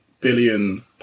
billion